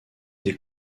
des